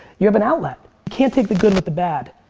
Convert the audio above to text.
you have an outlet. can't take the good with the bad.